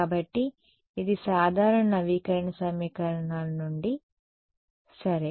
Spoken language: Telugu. కాబట్టి ఇది సాధారణ నవీకరణ సమీకరణాల నుండి సరే